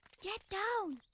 get down!